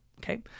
Okay